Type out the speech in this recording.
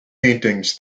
paintings